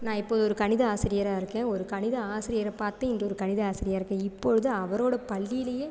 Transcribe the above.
நான் இப்போ ஒரு கணித ஆசிரியராக இருக்கேன் ஒரு கணித ஆசிரியரை பார்த்து இன்று ஒரு கணித ஆசிரியராக இருக்கேன் இப்பொழுது அவரோடய பள்ளியிலேயே